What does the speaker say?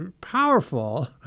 powerful